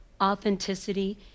authenticity